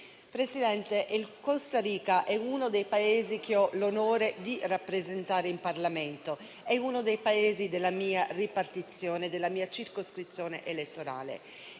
Presidente, la Costa Rica è uno dei Paesi che ho l'onore di rappresentare in Parlamento, perché è della mia ripartizione, della mia circoscrizione elettorale.